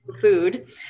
food